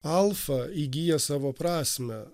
alfa įgyja savo prasmę